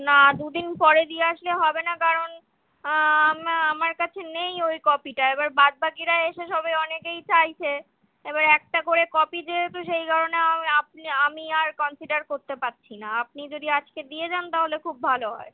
না দু দিন পরে দিয়ে আসলে হবে না কারণ আমার কাছে নেই ওই কপিটা এবার বাদবাকিরা এসে সবাই অনেকেই চাইছে এবার একটা করে কপি যেহেতু সেই কারণে আপনি আমি আর কনসিডার করতে পারছি না আপনি যদি আজকে দিয়ে যান তাহলে খুব ভালো হয়